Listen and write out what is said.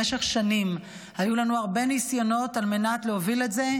במשך שנים היו לנו הרבה ניסיונות על מנת להוביל את זה,